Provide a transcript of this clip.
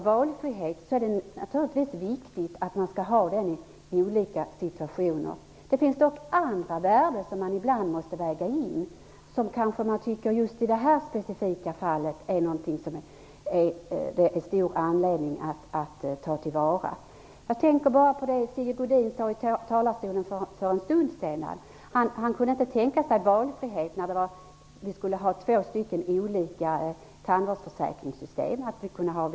Det är naturligtvis viktigt med valfrihet i olika situationer. Det finns dock andra värden som man ibland måste väga in, som det kanske just i det här specifika fallet finns anledning att ta till vara. Sigge Godin sade t.ex. bara för en stund sedan från talarstolen att han inte kunde tänka sig den valfrihet som det skulle innebära att ha två olika tandvårdsförsäkringssystem att välja mellan.